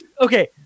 Okay